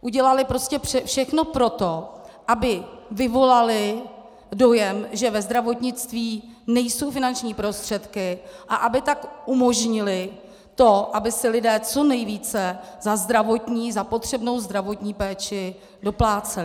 Udělaly všechno pro to, aby vyvolaly dojem, že ve zdravotnictví nejsou finanční prostředky, a aby tak umožnily to, aby si lidé co nejvíce za zdravotní, za potřebnou zdravotní péči dopláceli.